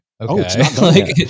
Okay